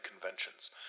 conventions